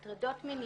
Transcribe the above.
כמה הטרדות מיניות?